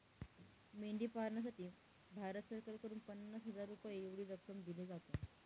मेंढी पालनासाठी भारत सरकारकडून पन्नास हजार रुपये एवढी रक्कम दिली जाते